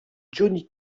johnny